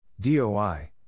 DOI